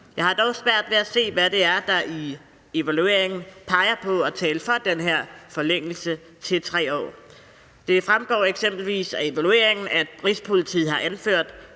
Jeg har dog svært ved at se, hvad det er, der i evalueringen peger på at tale for den her forlængelse til 3 år. Det fremgår eksempelvis af evalueringen, at Rigspolitiet har anført,